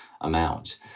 amount